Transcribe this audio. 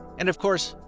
and of course,